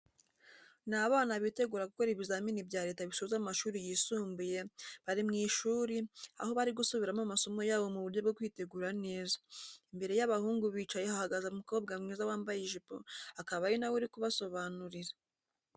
Ni abana bitegura gukora ibizamini bya leta bisoza amashuri yisumbuye, bari mu ishuri aho bari gusubiramo amasomo yabo mu buryo bwo kwitegura neza, imbere y'abahungu bicaye hahagaze umukobwa mwiza wambaye ijipo, akaba ari na we uri kubasobanurira.